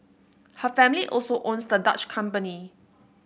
her family also owns the Dutch company